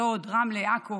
לוד, רמלה ועכו